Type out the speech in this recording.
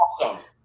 Awesome